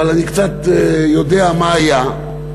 אבל אני קצת יודע מה היה,